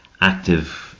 active